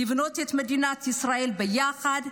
לבנות את מדינת ישראל ביחד,